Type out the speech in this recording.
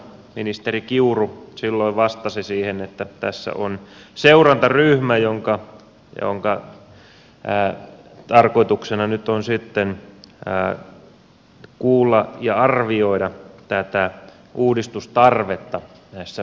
ministeri kiuru silloin vastasi siihen että tässä on seurantaryhmä jonka tarkoituksena nyt on sitten kuulla ja arvioida tätä uudistustarvetta näissä poikkeuslupamenettelyissä